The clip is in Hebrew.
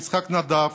יצחק נדב,